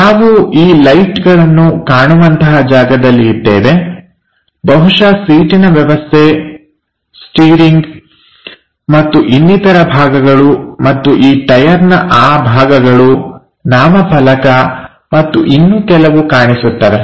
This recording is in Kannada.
ನಾವು ಈ ಲೈಟ್ಗಳನ್ನು ಕಾಣುವಂತಹ ಜಾಗದಲ್ಲಿ ಇದ್ದೇವೆ ಬಹುಶಃ ಸೀಟಿನ ವ್ಯವಸ್ಥೆ ಸ್ಪಿರಿಂಗ್ ಮತ್ತು ಇನ್ನಿತರ ಭಾಗಗಳು ಮತ್ತು ಈ ಟಯರ್ ನ ಆ ಭಾಗಗಳು ನಾಮಫಲಕ ಮತ್ತು ಇನ್ನೂ ಕೆಲವು ಕಾಣಿಸುತ್ತವೆ